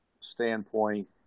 standpoint